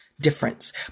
difference